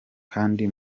kandi